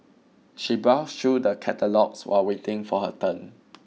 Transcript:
she browsed through the catalogues while waiting for her turn